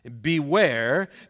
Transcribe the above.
Beware